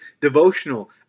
devotional